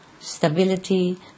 stability